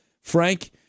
Frank